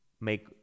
make